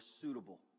suitable